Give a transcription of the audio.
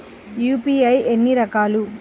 UPI ఎన్ని రకాలు?